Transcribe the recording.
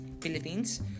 Philippines